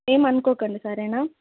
ఏమనుకోకండి సరేనా